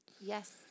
Yes